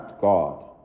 God